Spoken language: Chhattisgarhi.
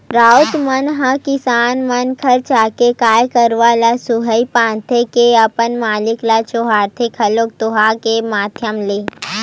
राउत मन ह किसान मन घर जाके गाय गरुवा ल सुहाई बांध के अपन मालिक ल जोहारथे घलोक दोहा के माधियम ले